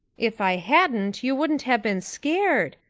if i hadn't you wouldn't have been scared.